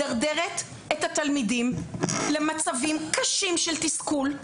מדרדרת את התלמידים למצבים קשים של תסכול.